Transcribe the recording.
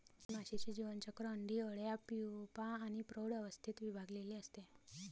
मधमाशीचे जीवनचक्र अंडी, अळ्या, प्यूपा आणि प्रौढ अवस्थेत विभागलेले असते